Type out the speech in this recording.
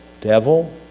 devil